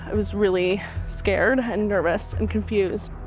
i was really scared and nervous and confused.